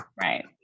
Right